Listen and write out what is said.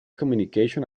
communication